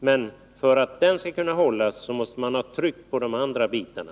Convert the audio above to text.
Men för att den skall kunna hållas, måste man ha tryck på de andra bitarna.